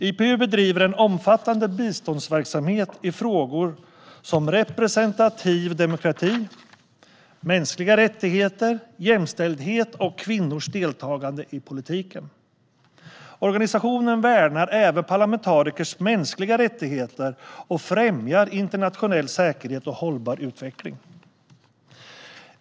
IPU bedriver omfattande biståndsverksamhet i frågor som representativ demokrati, mänskliga rättigheter, jämställdhet och kvinnors deltagande i politiken. Organisationen värnar även parlamentarikers mänskliga rättigheter och främjar internationell säkerhet och hållbar utveckling.